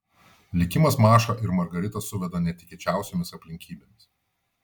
likimas mašą ir margaritą suveda netikėčiausiomis aplinkybėmis